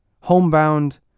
Homebound